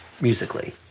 musically